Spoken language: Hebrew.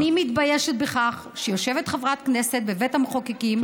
אני מתביישת בכך שיושבת חברת כנסת בבית המחוקקים,